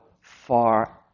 far